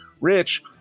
Rich